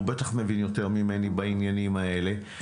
הוא בטח מבין יותר ממני בעניינים האלה,